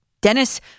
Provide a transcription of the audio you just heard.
Dennis